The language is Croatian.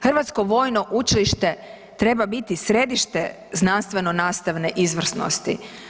Hrvatsko vojno učilište treba biti središte znanstveno nastavne izvrsnosti.